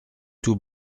tout